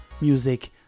Music